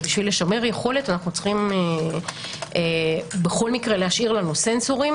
ולשם כך אנו צריכים להשאיר לנו סנסורים